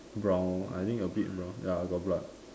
brown I think a bit brown ya got blood